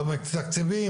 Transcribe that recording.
לא מתקציבים,